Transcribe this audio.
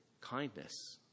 kindness